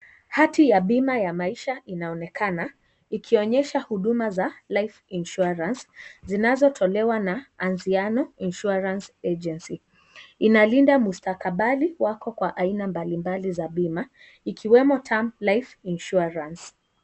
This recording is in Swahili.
Hati ya pima ya maisha, inaonekana. Ikionyesha huduma za life insurance ,zinazotolewa na Anziano insurance agency .Inalinda mustakabadhi wako kwa aina mbalimbali za pima, ikiwemo tampflets insurance .